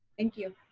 thank you.